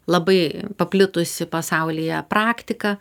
labai paplitusi pasaulyje praktika